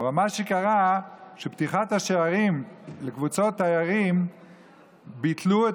אבל מה שקרה זה שעם פתיחת השערים לקבוצות תיירים ביטלו את